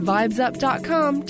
VibesUp.com